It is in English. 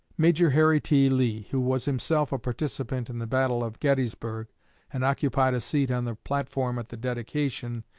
major harry t. lee, who was himself a participant in the battle of gettysburg and occupied a seat on the platform at the dedication,